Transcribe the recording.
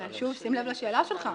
אבל שוב, שים לב לשאלה שלך.